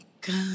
God